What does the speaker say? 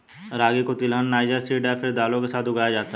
रागी को तिलहन, niger seed या फिर दालों के साथ उगाया जाता है